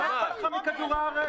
לא אכפת לך מכדור הארץ?